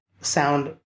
sound